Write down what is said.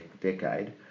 decade